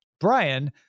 Brian